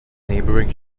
neighboring